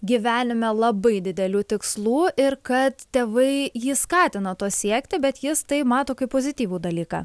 gyvenime labai didelių tikslų ir kad tėvai jį skatino to siekti bet jis tai mato kaip pozityvų dalyką